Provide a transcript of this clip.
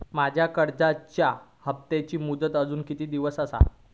माझ्या कर्जाचा हप्ताची मुदत अजून किती दिवस असा?